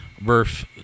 birth